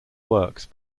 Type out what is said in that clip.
works